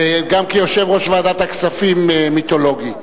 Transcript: גם כיושב-ראש ועדת הכספים מיתולוגי,